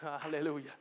hallelujah